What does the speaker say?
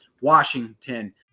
Washington